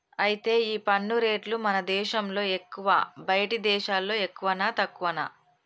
అయితే ఈ పన్ను రేట్లు మన దేశంలో ఎక్కువా బయటి దేశాల్లో ఎక్కువనా తక్కువనా